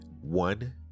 One